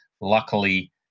luckily